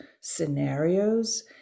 scenarios